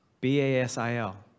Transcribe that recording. B-A-S-I-L